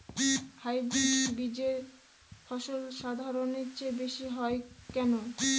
Hybrid বীজের ফলন সাধারণের চেয়ে বেশী হয় কেনো?